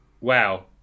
wow